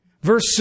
verse